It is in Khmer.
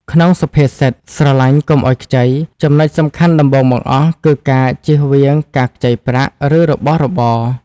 ក្នុងសុភាសិត "ស្រឡាញ់កុំឲ្យខ្ចី" ចំណុចសំខាន់ដំបូងបង្អស់គឺការជៀសវាងការខ្ចីប្រាក់ ឬរបស់របរ។